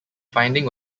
finding